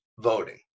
voting